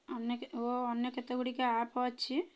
ଅନ୍ୟ ଓ ଅନ୍ୟ କେତେଗୁଡ଼ିକ ଆପ୍ ଅଛି